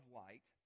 light